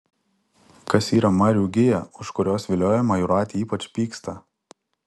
kas yra marių gija už kurios viliojimą jūratė ypač pyksta